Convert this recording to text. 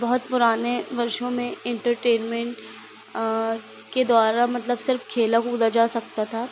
बहुत पुराने वर्षों में एंटरटेनमेंट के द्वारा मतलब सिर्फ खेला कूदा जा सकता था